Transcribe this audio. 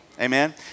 Amen